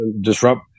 disrupt